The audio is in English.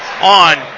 on